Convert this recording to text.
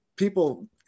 people